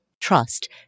trust